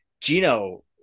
Gino